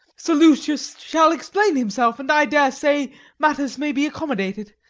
sir lucius shall explain himself, and i dare say matters may be accommodated.